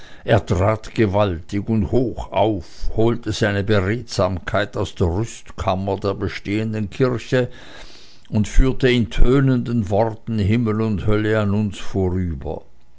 er trat gewaltig und hoch auf holte seine beredsamkeit aus der rüstkammer der bestehenden kirche und führte in tönenden worten himmel und hölle an uns vorüber